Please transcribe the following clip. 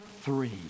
three